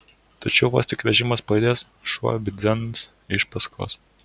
tačiau vos tik vežimas pajudės šuo bidzens iš paskos